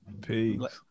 Peace